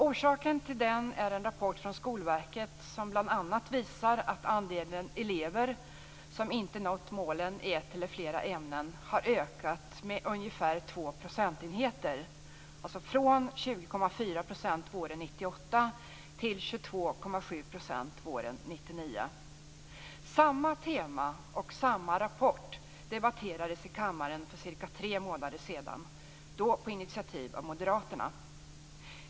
Orsaken till detta är en rapport från Skolverket som bl.a. visar att andelen elever som inte nått målen i ett eller flera ämnen har ökat med ungefär två procentenheter, från Samma tema och samma rapport debatterades i kammaren för cirka tre månader sedan, då på initiativ av moderaterna.